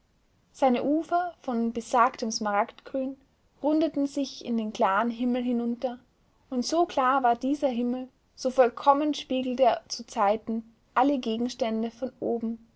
seine ufer von besagtem smaragdgrün rundeten sich in den klaren himmel hinunter und so klar war dieser himmel so vollkommen spiegelte er zuzeiten alle gegenstände von oben